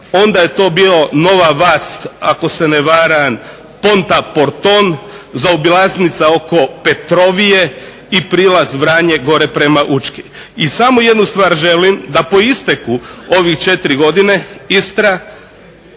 onda je to bio Nova Vas ako se ne varam Ponta Porton, zaobilaznica oko Petrovije i prilaz Vranje gore prema Učki. I samo jednu stvar želim, da po isteku ove četiri godine Istra